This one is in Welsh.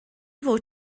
fod